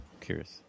curious